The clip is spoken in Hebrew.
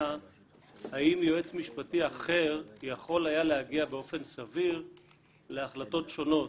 האם יועץ משפטי אחר יכול היה להגיע באופן סביר להחלטות שונות?